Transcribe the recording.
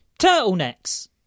Turtlenecks